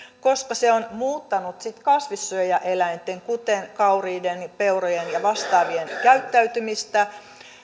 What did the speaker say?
koska se on muuttanut sitten kasvissyöjäeläinten kuten kauriiden peurojen ja vastaavien käyttäytymistä